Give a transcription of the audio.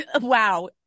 Wow